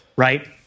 Right